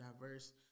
diverse